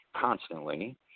constantly